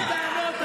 תודה רבה,